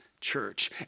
church